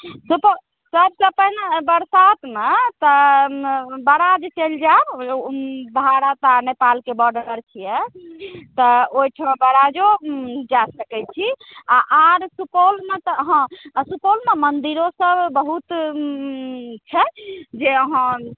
से तऽ सभसँ पहिने बरसातमे तऽ बराज चलि जाउ भारत आ नेपालके बॉडर छिए तऽ ओहिठाम बराजो जा सकै छी आओर सुपौलमे तऽ हँ आ सुपौलमे मन्दिरो सब बहुत छै जे अहाँ